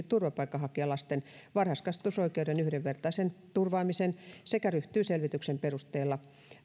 turvapaikanhakijalasten varhaiskasvatusoikeuden yhdenvertaisen turvaamisen sekä ryhtyy selvityksen perusteella